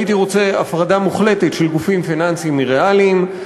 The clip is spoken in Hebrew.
הייתי רוצה הפרדה מוחלטת של גופים פיננסיים מריאליים,